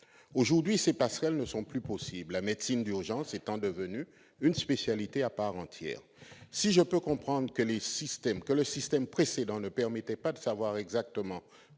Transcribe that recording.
Aujourd'hui, ces passerelles ne sont plus possibles, la médecine d'urgence étant devenue une spécialité à part entière. Si je peux comprendre que le système précédent ne permettait pas de savoir exactement